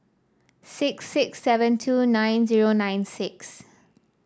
six six seven two nine zero nine six